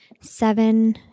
seven